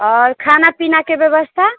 आओर खाना पीनाके व्यवस्था